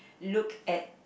look at